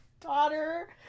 daughter